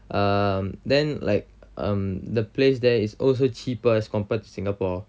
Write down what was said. um then like um the place there is also cheaper as compared to singapore